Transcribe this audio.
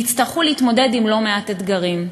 ויצטרכו להתמודד עם לא מעט אתגרים.